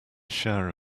shower